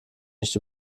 nicht